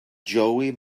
joey